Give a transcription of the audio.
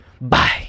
Bye